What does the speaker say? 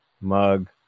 mug